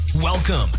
Welcome